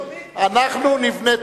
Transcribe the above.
אנחנו נבנה,